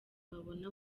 babona